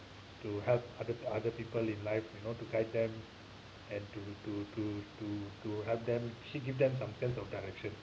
to help other other people in life you know to guide them and to to to to to help them give them some sense of direction